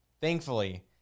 Thankfully